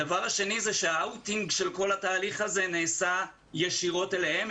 הדבר השני זה שה-outing של כל התהליך הזה נעשה ישירות אליהם.